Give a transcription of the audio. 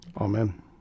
Amen